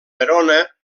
verona